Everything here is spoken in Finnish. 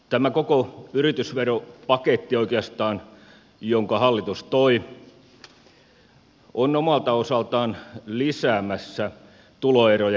tämä koko yritysveropaketti oikeastaan jonka hallitus toi on omalta osaltaan lisäämässä tuloerojen kasvua